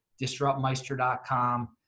DisruptMeister.com